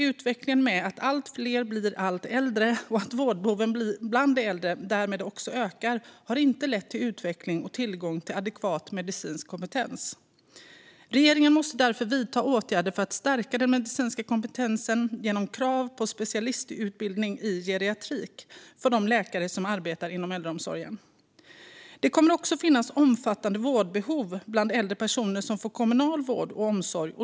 Utvecklingen mot att allt fler blir allt äldre och att vårdbehoven bland de äldre därmed också ökar har inte lett till utveckling och tillgång till adekvat medicinsk kompetens. Regeringen måste därför vidta åtgärder för att stärka den medicinska kompetensen genom krav på specialistutbildning i geriatrik för de läkare som arbetar inom äldreomsorgen. Det kommer också att finnas omfattande vårdbehov bland äldre personer som får kommunal vård och omsorg.